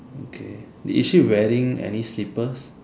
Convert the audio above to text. okay is she wearing any slippers